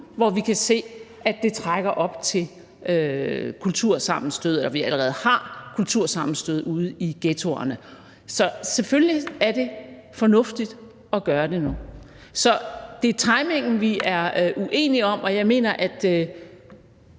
hvor vi kan se, at det trækker op til kultursammenstød, og at vi allerede har kultursammenstød ude i ghettoerne. Så selvfølgelig er det fornuftigt at gøre det nu. Det er timingen, vi er uenige om, og jeg mener, at